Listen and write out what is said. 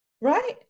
right